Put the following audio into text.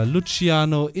Luciano